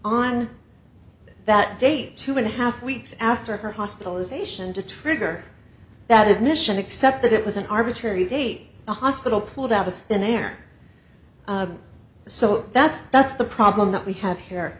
on that date two and a half weeks after her hospitalization to trigger that admission except that it was an arbitrary date the hospital pulled out of thin air so that's that's the problem that we have here